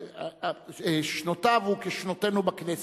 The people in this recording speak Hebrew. שנותיו הוא כשנותינו בכנסת.